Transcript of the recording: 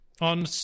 On